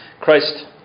Christ